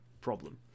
problem